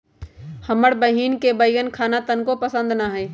हमर बहिन के बईगन खाना तनको पसंद न हई